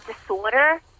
disorder